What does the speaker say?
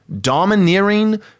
domineering